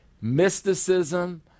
mysticism